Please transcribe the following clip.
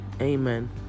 Amen